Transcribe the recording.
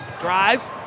drives